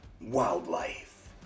wildlife